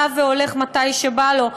בא והולך מתי שבא לו,